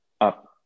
up